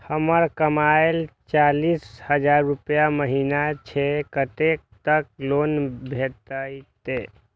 हमर कमाय चालीस हजार रूपया महिना छै कतैक तक लोन भेटते?